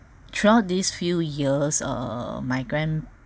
throughout these few years uh my grand